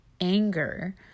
anger